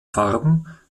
farben